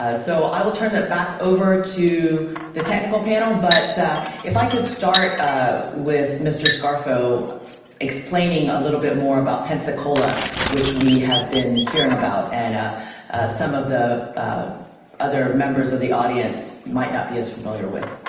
i so i will turn it back over to the technical panel, but if i could start ah with mr. scarfo explaining a little bit more about pensacola which we have been hearing about, and ah some of the other members of the audience might not be as familiar with.